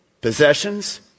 possessions